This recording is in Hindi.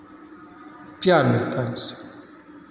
प्यार मिलता है उससे